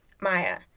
Maya